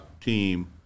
team